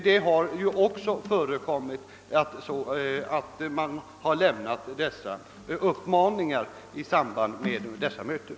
Det har också förekommit i samband med sådana möten.